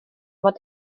fod